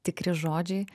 tikri žodžiai